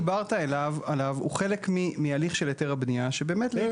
מה שאתה דיברת עליו הוא חלק מהליך של היתר הבנייה שבאמת לעיתים